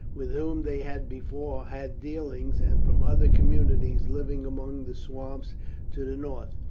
with whom they had before had dealings, and from other communities living among the swamps to the north.